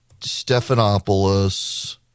Stephanopoulos